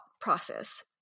process